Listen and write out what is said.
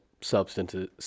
substances